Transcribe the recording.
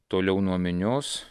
toliau nuo minios